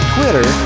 Twitter